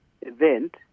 event